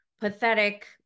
pathetic